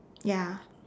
ya